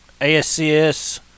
ASCS